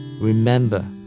remember